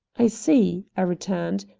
i see, i returned,